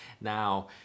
Now